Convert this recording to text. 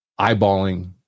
eyeballing